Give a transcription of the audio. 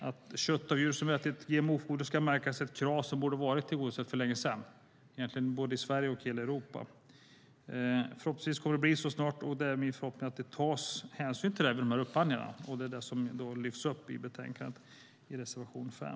Att kött från djur som har ätit GMO-foder ska märkas är ett krav som borde ha varit tillgodosett för länge sedan i både Sverige och hela Europa. Förhoppningsvis kommer det att bli så snart, och det är min förhoppning att man tar hänsyn till det vid upphandlingarna. Det är vad som lyfts upp i reservation 5 i betänkandet.